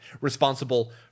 responsible